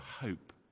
hope